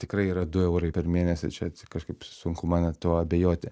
tikrai yra du eurai per mėnesį čia kažkaip sunku man net tuo abejoti